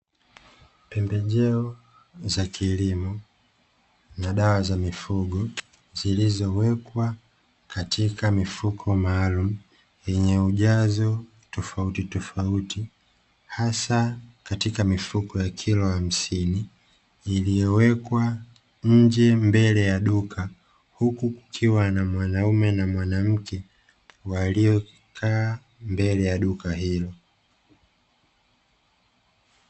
Pembejeo za kilimo na dawa za mifugo zilizowekwa katika mifuko maalumu yenye ujazo tofautitofauti hasa katika mifuko ya kilo hamsini. Iliyowekwa nje mbele ya duka, huku kukiwa na mwanaume na mwanamke waliokaa mbele ya duka hilo.